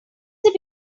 they